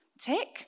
tick